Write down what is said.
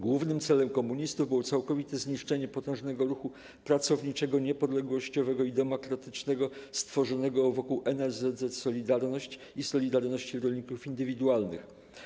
Głównym celem komunistów było całkowite zniszczenie potężnego ruchu pracowniczego, niepodległościowego i demokratycznego stworzonego wokół NSZZ 'Solidarność' i 'Solidarności' Rolników Indywidualnych.